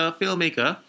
filmmaker